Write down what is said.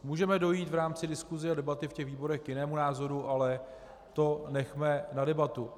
Můžeme dojít v rámci diskuse a debaty ve výborech k jinému názoru, ale to nechme na debatu.